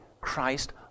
Christ